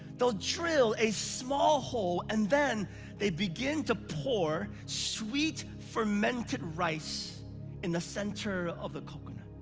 they'll drill a small hole, and then they begin to pour sweet fermented rice in the center of the coconut.